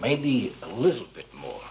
maybe a little bit more